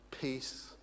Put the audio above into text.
peace